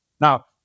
Now